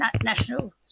national